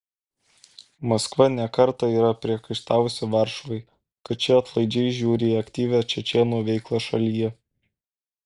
maskva ne kartą yra priekaištavusi varšuvai kad ši atlaidžiai žiūri į aktyvią čečėnų veiklą šalyje